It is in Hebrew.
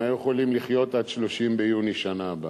הם היו יכולים לחיות עד 30 ביוני בשנה הבאה.